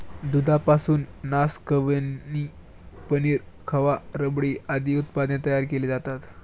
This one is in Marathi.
दुधापासून नासकवणी, पनीर, खवा, रबडी आदी उत्पादने तयार केली जातात